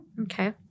Okay